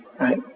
right